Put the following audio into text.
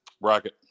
bracket